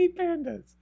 pandas